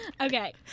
Okay